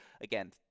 Again